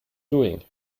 doing